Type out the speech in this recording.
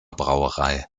brauerei